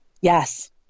yes